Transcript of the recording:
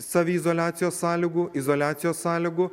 saviizoliacijos sąlygų izoliacijos sąlygų